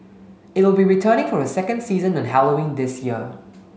it will be returning for a second season on Halloween this year